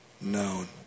known